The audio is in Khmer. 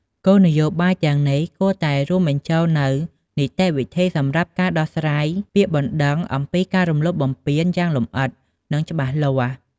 គោលនយោបាយទាំងនេះគួរតែរួមបញ្ចូលនូវ នីតិវិធីសម្រាប់ការដោះស្រាយពាក្យបណ្តឹងអំពីការរំលោភបំពាន យ៉ាងលម្អិត និងច្បាស់លាស់។